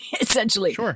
essentially